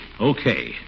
Okay